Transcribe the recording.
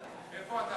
כהצעת